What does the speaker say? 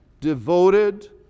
devoted